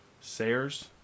Sayers